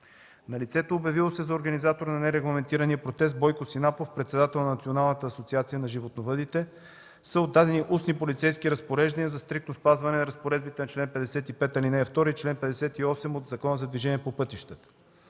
На лицето, обявило се за организатор на нерегламентирания процес Бойко Синапов – председател на Националната асоциация на животновъдите, са му дадени устни полицейски разпореждания за стриктно спазване на разпоредбите на чл. 155, ал. 2 и чл. 58, ал. 8 от Закона за движение по пътищата.